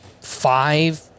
five